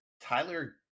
Tyler